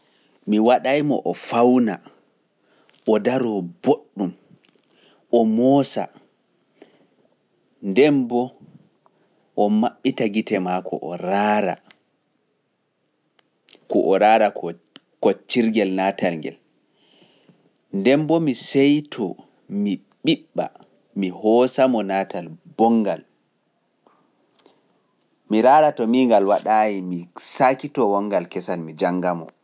Mi waɗay mo o fawna, o daroo boɗɗum, o moosa, nden mbo o maɓɓita gite maako o raara koccirgel naatal ngel, nden bo mi saito mi hoosa mo naatal bonngal, mi raara to miingal waɗaayi, mi sakitoo wonngal kesal, mi jannga mo.